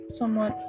somewhat